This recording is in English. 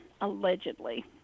allegedly